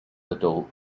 adult